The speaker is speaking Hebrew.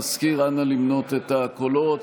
המזכיר, אנא למנות את הקולות.